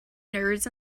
nerds